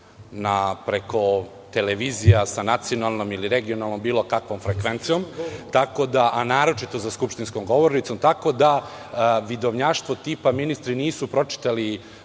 preko, televizija sa nacionalnom ili regionalnom, bilo kakvom frekvencijom, a naročito za skupštinskom govornicom, tako da vidovnjaštvo tipa -ministri nisu pročitali